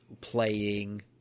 playing